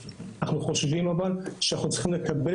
אבל אנחנו חושבים שאנחנו צריכים לקבל